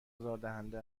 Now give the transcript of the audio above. آزاردهنده